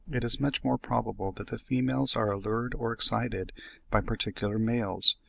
it is much more probable that the females are allured or excited by particular males,